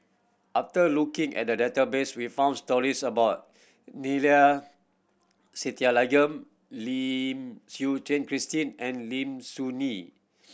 after looking at the database we found stories about Neila Sathyalingam Lim Suchen Christine and Lim Soo Ngee